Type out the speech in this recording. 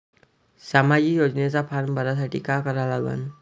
सामाजिक योजनेचा फारम भरासाठी का करा लागन?